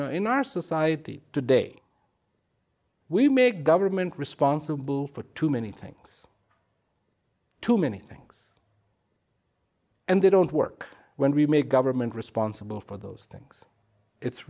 know in our society today we make government responsible for too many things too many things and they don't work when we make government responsible for those things it's